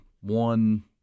one